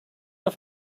have